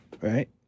Right